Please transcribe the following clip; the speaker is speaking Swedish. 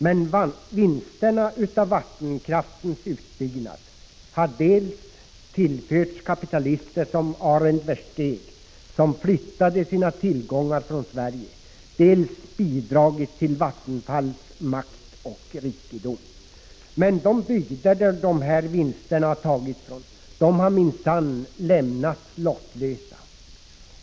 Men vinsterna av vattenkraftens utbyggnad har dels tillförts kapitalister som Arend Versteegh, som flyttade sina tillgångar från Sverige, dels bidragit till Vattenfalls makt och rikedom. Men de bygder som vinsterna har tagits från har minsann lämnats lottlösa.